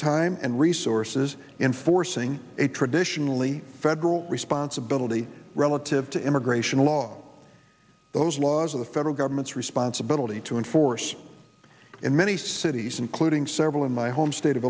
time and resources enforcing a traditionally federal responsibility relative to immigration law those laws of the federal government's responsibility to enforce in many cities including several in my home state of